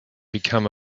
become